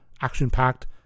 action-packed